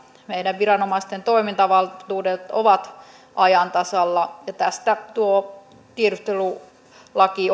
meidän viranomaisten toimintavaltuudet ovat ajan tasalla tästä tuo tiedustelulaki